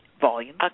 volume